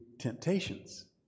temptations